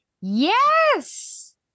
yes